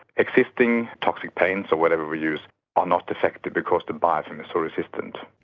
existing toxic paints or whatever we use are not effective because the biofilm is so resistant.